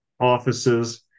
offices